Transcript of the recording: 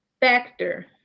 factor